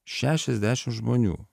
šešiasdešimt žmonių